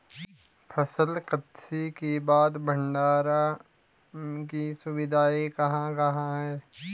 फसल कत्सी के बाद भंडारण की सुविधाएं कहाँ कहाँ हैं?